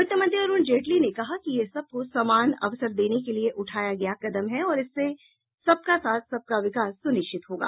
वित्त मंत्री अरूण जेटली ने कहा कि यह सबको समान अवसर देने के लिए उठाया गया कदम है और इससे सबका साथ सबका विकास सुनिश्चित होगा